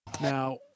Now